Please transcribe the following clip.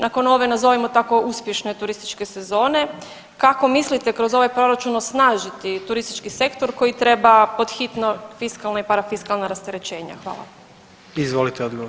Nakon ove, nazovimo tako uspješne turističke sezone, kako mislite kroz ovaj proračun osnažiti turistički sektor koji treba pod hitno fiskalne i parafiskalna rasterećenja.